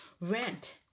rent